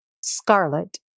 scarlet